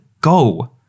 go